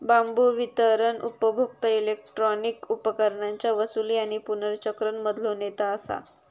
बांबू वितरण उपभोक्ता इलेक्ट्रॉनिक उपकरणांच्या वसूली आणि पुनर्चक्रण मधलो नेता असा